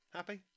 Happy